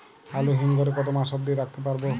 আলু হিম ঘরে কতো মাস অব্দি রাখতে পারবো?